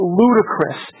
ludicrous